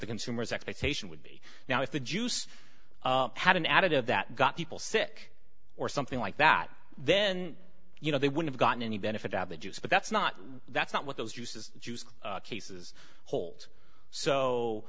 the consumers expectation would be now if the juice had an additive that got people sick or something like that then you know they would have gotten any benefit of the juice but that's not that's not what those uses cases hold so